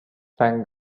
thank